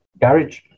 garage